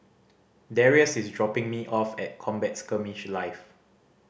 Darrius is dropping me off at Combat Skirmish Live